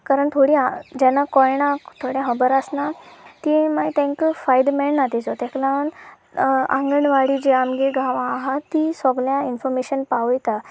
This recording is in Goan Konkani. कारण थोडीं जेन्ना कळना थोड्यां खबर आसना ती मागीर तांकां फायदो मेळना ताचो ताका लागून आंगणवाडी जी आमच्या गांवां आसा तीं सगल्यां इनफोर्मेशन पावयता